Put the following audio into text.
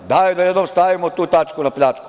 Daj da jednom stavimo tu tačku na pljačku.